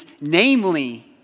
namely